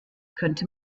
könnte